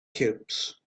cubes